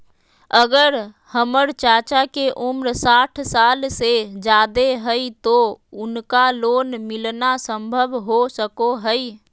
अगर हमर चाचा के उम्र साठ साल से जादे हइ तो उनका लोन मिलना संभव हो सको हइ?